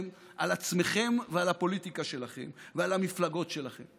שהוריד את תחזית הצמיחה של ישראל ושמזהיר מפריצת המסגרת התקציבית